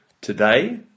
Today